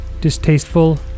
Distasteful